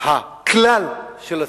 כלל הציבור.